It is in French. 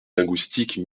linguistique